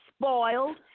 spoiled